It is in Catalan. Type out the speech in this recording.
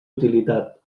utilitat